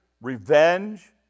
revenge